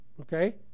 Okay